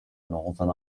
northern